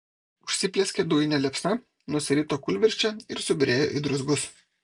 užsiplieskė dujine liepsna nusirito kūlvirsčia ir subyrėjo į druzgus